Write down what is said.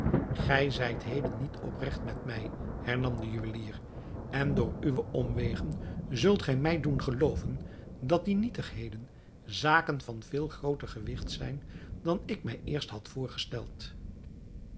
gij zijt heden niet opregt met mij hernam de juwelier en door uwe omwegen zult gij mij doen gelooven dat die nietigheden zaken van veel grooter gewigt zijn dan ik mij eerst had voorgesteld